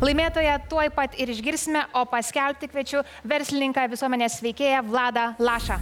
laimėtoją tuoj pat ir išgirsime o paskelbti kviečiu verslininką visuomenės veikėją vladą lašą